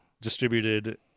distributed